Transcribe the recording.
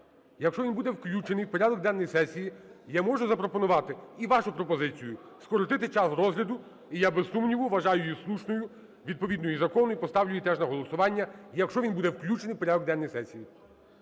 Якщо він буде включений в порядок денний сесії, я можу запропонувати і вашу пропозицію скоротити час розгляду. І я, без сумніву, вважаю її слушною, відповідною закону і поставлю її теж на голосування, якщо він буде включений в порядок денний сесії.